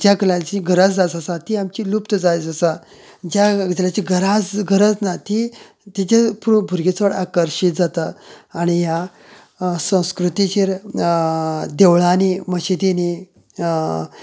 ज्या कलांची गरज आसा ती आमची लूप्त दायज आसा ज्या इतरांची गरज ना तेची भुरगीं चड आकर्शीत जाता आनी ह्या संस्कृतेची देवळांनी मत्शीदिंनी